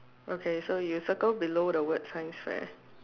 okay so you circle below the word science fair